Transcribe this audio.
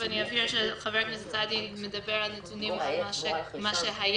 מבלי לגרוע מהוראות סעיפים קטנים (א) ו-(ב),